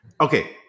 Okay